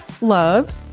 Love